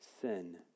sin